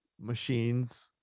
machines